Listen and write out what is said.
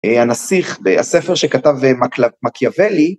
הנסיך בספר שכתב מקיאבלי